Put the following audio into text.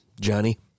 Johnny